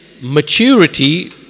maturity